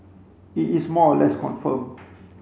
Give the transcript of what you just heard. it is more or less confirmed